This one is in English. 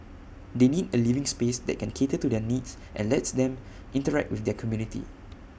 they need A living space that can cater to their needs and lets them interact with their community